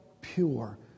pure